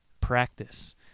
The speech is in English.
Practice